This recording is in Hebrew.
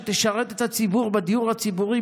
שתשרת את הציבור בדיור הציבורי,